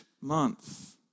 month